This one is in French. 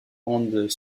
rendent